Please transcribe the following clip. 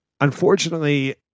Unfortunately